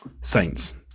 Saints